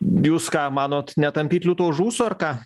jūs ką manot netampyt liūto už ūsų ar ką